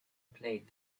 played